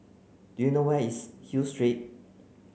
do you know where is Hill Street